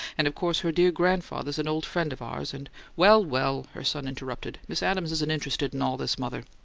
and of course her dear grandfather's an old friend of ours, and well, well! her son interrupted. miss adams isn't interested in all this, mother.